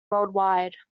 worldwide